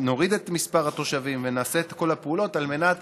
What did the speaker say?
נוריד את מספר התושבים ונעשה את כל הפעולות על מנת